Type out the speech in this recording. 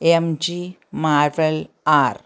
MG marvel R